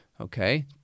Okay